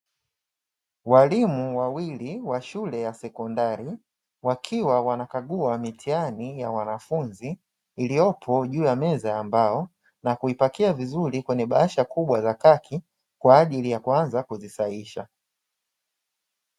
Walimu wawili wa shule ya sekondari wakiwa wanakagua mitihani ya wanafunzi iliyopo juu ya meza ya mbao na kuipakia vizuri kwenye bahasha kubwa za kaki kwa ajili ya kuanza kuzisahihisha.